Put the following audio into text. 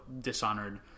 Dishonored